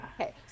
Okay